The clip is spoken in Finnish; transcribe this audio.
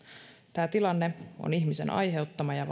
tämä tilanne on ihmisen aiheuttama ja